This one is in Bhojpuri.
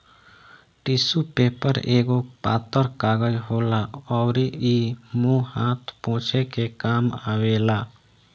टिशु पेपर एगो पातर कागज होला अउरी इ मुंह हाथ पोछे के काम आवेला